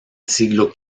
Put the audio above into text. siglo